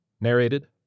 Narrated